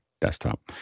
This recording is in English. desktop